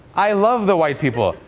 i love the white people.